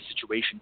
situation